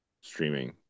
streaming